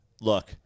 look